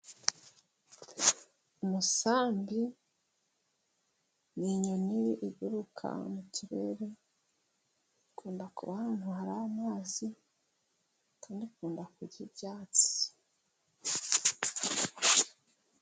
Umusambi ni inyoni iguruka mu kirere, ikunda kuba ahantu hari amazi kandi ikunda kurya ibyatsi.